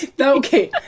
Okay